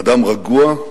אדם רגוע,